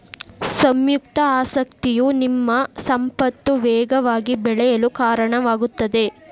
ಸಂಯುಕ್ತ ಆಸಕ್ತಿಯು ನಿಮ್ಮ ಸಂಪತ್ತು ವೇಗವಾಗಿ ಬೆಳೆಯಲು ಕಾರಣವಾಗುತ್ತದೆ